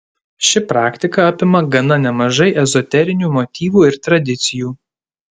ši praktika apima gana nemažai ezoterinių motyvų ir tradicijų